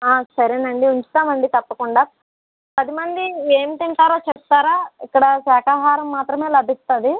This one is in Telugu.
సరేనండి ఉంచుతామండి తప్పకుండా పదిమంది ఏం తింటారో చెప్తారా ఇక్కడ శాఖాహారం మాత్రమే లభిస్తుంది